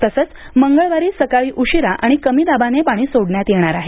तसेच मंगळवारी सकाळी उशिरा आणि कमी दाबाने पाणी सोडण्यात येणार आहे